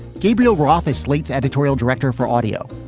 gabriel roth is slate's editorial director for audio.